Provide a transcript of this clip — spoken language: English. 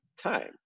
time